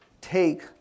Take